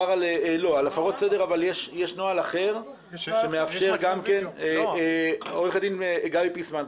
בהפרות סדר יש נוהל אחר שמאפשר גם כן עורכת דין גבי פיסמן,